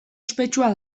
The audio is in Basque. ospetsua